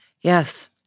Yes